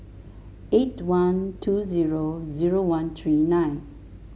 eight one two zero zero one three nine